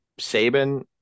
saban